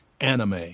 anime